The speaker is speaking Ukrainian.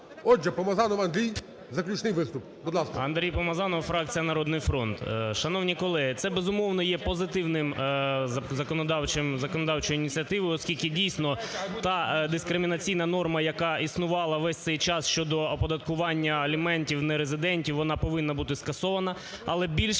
Отже, Помазанов Андрій, заключний виступ.